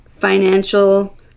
financial